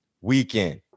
weekend